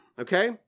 okay